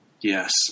Yes